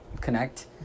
connect